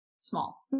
small